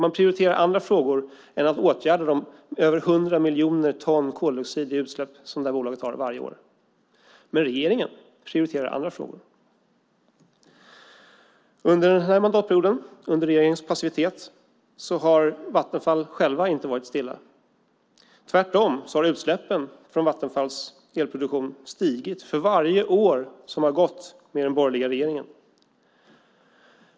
Man prioriterar annat än att åtgärda de mer än 100 miljoner ton utsläpp som bolaget har varje år. Under den här mandatperioden, under regeringens passivitet, har Vattenfall självt inte varit stilla. Tvärtom har utsläppen från Vattenfalls elproduktion ökat för varje år som har gått med den borgerliga regeringen.